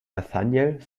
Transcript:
nathanael